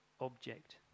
object